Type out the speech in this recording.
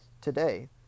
Today